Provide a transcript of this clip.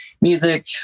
music